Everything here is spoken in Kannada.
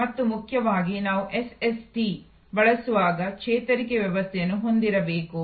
ಮತ್ತು ಮುಖ್ಯವಾಗಿ ನಾವು ಎಸ್ಎಸ್ಟಿ ಬಳಸುವಾಗ ಚೇತರಿಕೆ ವ್ಯವಸ್ಥೆಯನ್ನು ಹೊಂದಿರಬೇಕು